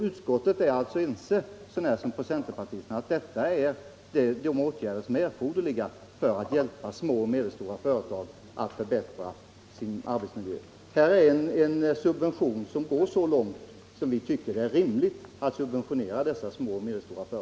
Utskottet är alltså enigt så när som på centerpartisterna om att den lånegaranti som föreslås går så långt som det är rimligt för att hjälpa små och medelstora företag att förbättra arbetsmiljön.